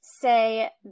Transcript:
say